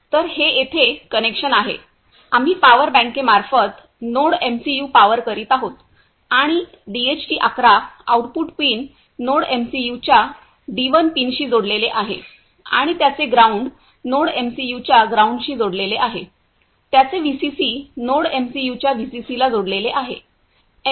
तर हे येथे कनेक्शन आहे आम्ही पॉवर बँकेमार्फत नोडएमसीयू पॉवर करीत आहोत आणि डीएचटी 11 आउटपुट पिन नोडएमसीयूच्या डी 1 पिनशी जोडलेले आहे आणि त्याचे ग्राउंड नोडएमसीयूच्या ग्राउंडशी जोडलेले आहे त्याचे व्हीसीसी नोडएमसीयूच्या व्हीसीसीला जोडलेले आहे